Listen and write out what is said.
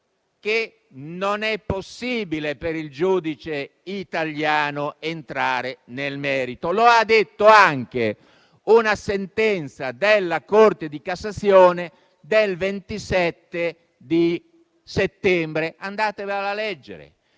che non è possibile per il giudice italiano entrare nel merito. Lo ha detto anche una sentenza della Corte di cassazione del 27 settembre (andatevela a leggere).